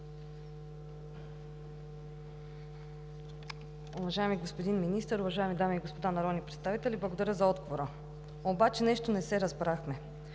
Уважаеми господин Министър, уважаеми дами и господа народни представители! Благодаря за отговора – обаче нещо не се разбрахме.